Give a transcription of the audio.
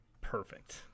perfect